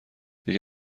یکی